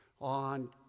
On